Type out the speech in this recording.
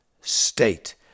state